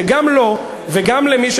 שגם לו וגם למי,